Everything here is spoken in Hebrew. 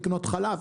לקנות חלב.